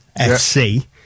FC